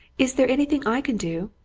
is there anything i can do?